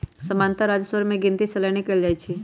सामान्तः राजस्व के गिनति सलने कएल जाइ छइ